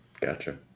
Gotcha